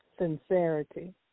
sincerity